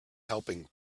helping